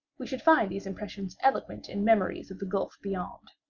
we should find these impressions eloquent in memories of the gulf beyond.